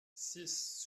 six